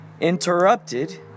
interrupted